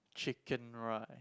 chicken rice